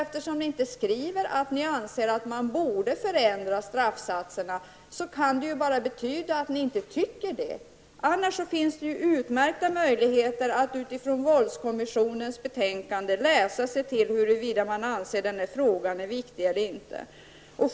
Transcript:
Eftersom ni inte skriver att ni anser att man borde förändra straffsatserna kan det bara betyda att ni inte tycker det. Det finns utmärkta möjligheter att i våldskommissionens betänkande läsa huruvida man anser denna fråga är viktig eller inte.